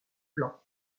plan